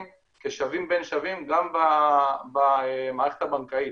כשווים בין שווים גם במערכת הבנקאית,